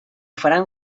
faran